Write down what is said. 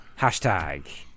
Hashtag